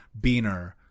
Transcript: beaner